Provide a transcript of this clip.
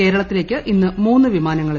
കേരളത്തിലേക്ക് ഇന്ന് മൂന്ന് വിമാനങ്ങൾ എത്തും